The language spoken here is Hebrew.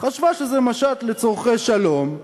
חשבה שזה משט לצורכי שלום,